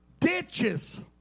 ditches